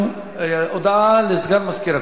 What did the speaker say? הודעה לסגן מזכירת